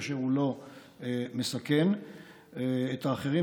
כאשר הוא לא מסכן את האחרים,